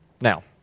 Now